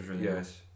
yes